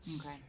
Okay